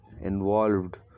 involved